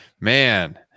man